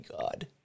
god